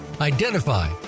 identify